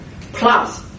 Plus